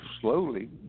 slowly